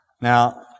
Now